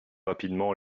rapidement